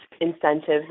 incentives